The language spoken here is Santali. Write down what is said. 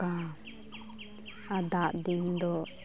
ᱟᱨ ᱫᱟᱜ ᱫᱤᱱ ᱫᱚ